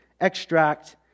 extract